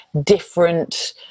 different